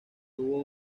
hubo